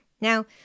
Now